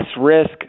risk